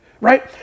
right